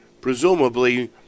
presumably